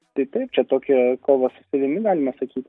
taip taip čia tokia kova su savimi galima sakyti